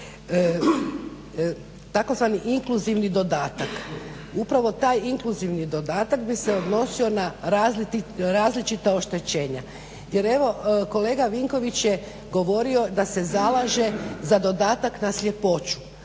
naime tzv. "inkluzivni dodatak". Upravo taj inkluzivni dodatak bi se odnosio na različita oštećenja. Jer evo kolega Vinković je govorio da se zalaže za dodatak na sljepoću.